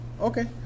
okay